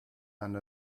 and